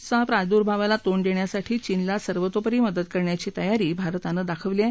corona विषाणूच्या प्रादुर्भावाला तोंड देण्यासाठी चीनला सर्वतोपरी मदत करण्याची तयारी भारतानं दाखवली आहे